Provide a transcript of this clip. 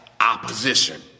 opposition